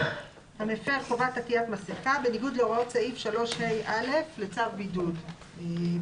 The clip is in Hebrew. "(4)המפר חובת עטיית מסכה בניגוד להוראות סעיף 3ה(א) לצו בידוד בית."